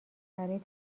برای